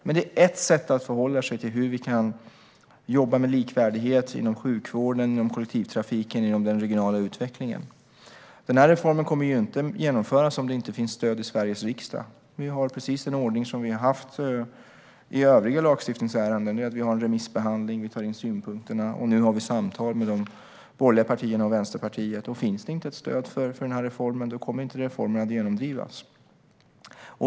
Men den är ett sätt att förhålla sig till hur vi kan jobba med likvärdighet inom sjukvården, inom kollektivtrafiken och inom den regionala utvecklingen. Reformen kommer inte att genomföras om det inte finns stöd i Sveriges riksdag. Vi har precis den ordning som vi har haft i övriga lagstiftningsärenden: Vi har en remissbehandling, vi tar in synpunkterna och nu har vi samtal med de borgerliga partierna och med Vänsterpartiet. Om det inte finns ett stöd för reformen kommer den inte att genomdrivas.